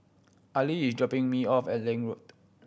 Ali is dropping me off at Lange Road